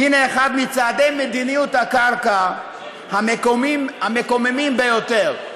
הנה אחד מצעדי מדיניות הקרקע המקוממים ביותר,